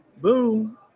boom